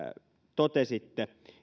totesitte